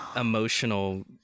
emotional